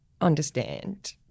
understand